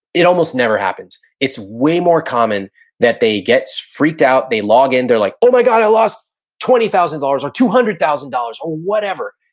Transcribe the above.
it almost never happens. it's way more common that they gets freaked out, they log in, they're like, oh, my god, i lost twenty thousand dollars or two hundred thousand dollars or whatever,